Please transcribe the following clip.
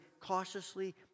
cautiously